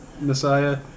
Messiah